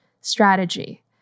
strategy